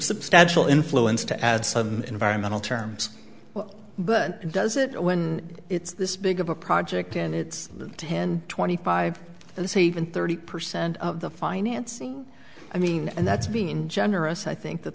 substantial influence to add some environmental terms but does it when it's this big of a project and it's ten twenty five this even thirty percent of the financing i mean and that's being generous i think that